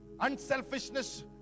Unselfishness